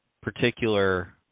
particular